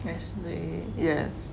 definitely yes